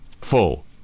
full